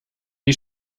die